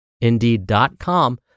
Indeed.com